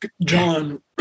John